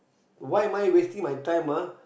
why am I wasting my time ah